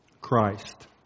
Christ